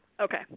Okay